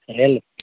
వెళ్ళు